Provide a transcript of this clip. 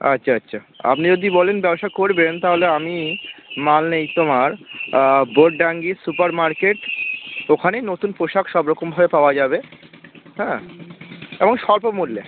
আচ্ছা আচ্ছা আপনি যদি বলেন ব্যবসা করবেন তাহলে আমি মাল নিই তোমার বোড ডাঙ্গি সুপারমার্কেট ওখানেই নতুন পোশাক সব রকমভাবে পাওয়া যাবে হ্যাঁ এবং স্বল্প মূল্যে